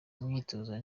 myitozo